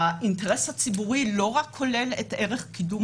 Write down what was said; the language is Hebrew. שהאינטרס הציבורי לא כולל רק את ערך קידום